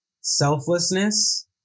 selflessness